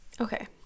Okay